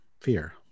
fear